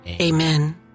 Amen